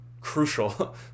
crucial